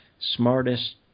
smartest